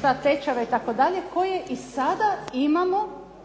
za tečajeve itd. koje i sada imamo